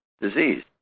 disease